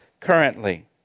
currently